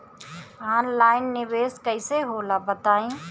Online निवेस कइसे होला बताईं?